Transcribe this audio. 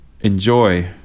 enjoy